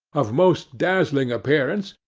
of most dazzling appearance,